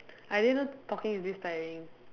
I didn't know talking is this tiring